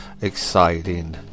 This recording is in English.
exciting